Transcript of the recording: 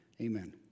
Amen